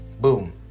Boom